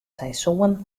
seizoen